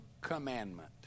commandment